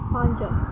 ପାଞ୍ଚ